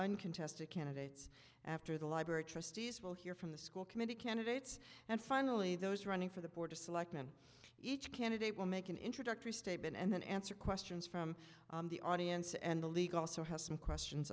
uncontested candidates after the library trustees will hear from the school committee candidates and finally those running for the border selectman each candidate will make an introductory statement and then answer questions from the audience and the league also has some questions